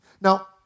Now